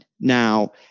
Now